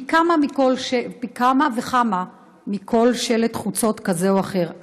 פי כמה וכמה מכל שלט חוצות כזה או אחר.